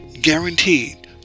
guaranteed